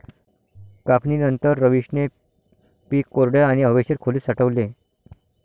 कापणीनंतर, रवीशने पीक कोरड्या आणि हवेशीर खोलीत साठवले